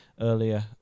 earlier